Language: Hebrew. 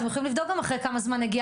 אתם יכולים לבדוק אחרי כמה זמן הגיע